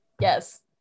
Yes